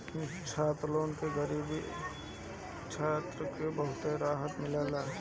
छात्र लोन से गरीब छात्र के बहुते रहत मिलत हवे